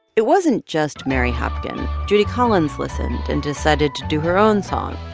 it wasn't just mary hopkin. judy collins listened and decided to do her own song